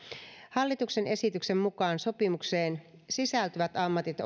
hallituksen esityksen mukaan sopimukseen sisältyvät ammatit